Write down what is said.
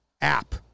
app